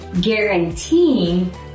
guaranteeing